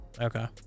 Okay